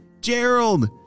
Gerald